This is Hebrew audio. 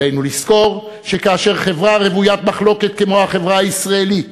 עלינו לזכור שכאשר חברה רוויית מחלוקת כמו החברה הישראלית